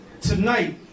tonight